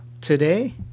today